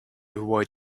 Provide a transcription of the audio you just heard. avoid